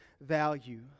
value